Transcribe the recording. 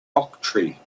octree